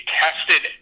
tested